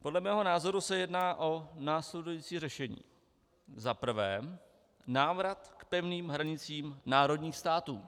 Podle mého názoru se jedná o následující řešení: Za prvé návrat k pevným hranicím národních států.